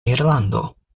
irlando